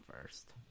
first